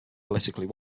politically